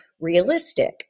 realistic